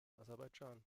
aserbaidschan